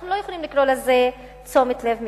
אנחנו לא יכולים לקרוא לזה תשומת לב מיוחדת.